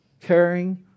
caring